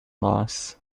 loss